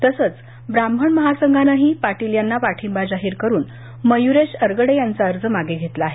तसंच ब्राह्मण महासंघानंही पाटील यांना पाठिंबा जाहीर करुन मयु्रेश अरगडे यांचा अर्ज मागे घेतला आहे